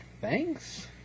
thanks